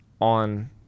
on